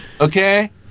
Okay